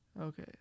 Okay